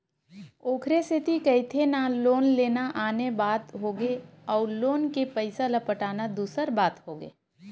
ओखरे सेती कहिथे ना लोन लेना आने बात होगे अउ लोन के पइसा ल पटाना दूसर बात होगे